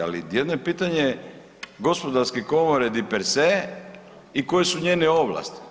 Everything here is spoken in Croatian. Ali jedno je pitanje gospodarske komore di per se i koje su njene ovlasti.